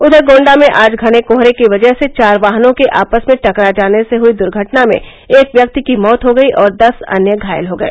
उधर गोंडा में आज घने कोहरे की वजह से चार वाहनों के आपस में टकरा जाने से हुई दुर्घटना में एक व्यक्ति की मौत हो गयी और दस अन्य घायल हो गए